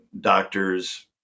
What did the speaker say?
doctors